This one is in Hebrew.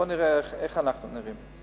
בוא נראה איך אנחנו נראים.